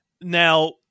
Now